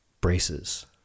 braces